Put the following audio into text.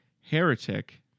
Heretic